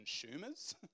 consumers